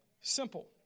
Simple